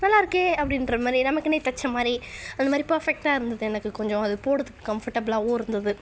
நல்லாயிருக்கே அப்படின்ற மாதிரி நமக்குனே தைச்ச மாதிரி அந்த மாதிரி பெர்ஃபெக்ட்டாக இருந்தது எனக்கு கொஞ்சம் அது போடுறதுக்கு கம்ஃபர்ட்டபிளாகவும் இருந்தது